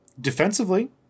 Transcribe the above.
Defensively